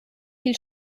viel